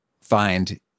find